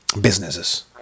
Businesses